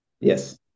yes